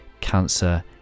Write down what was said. Cancer